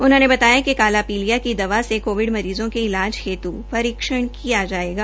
उन्होंने बताया कि काला पीलिया की दवा से कोविड मरीजों के इलाज हेतु परीक्षण किया जायेगा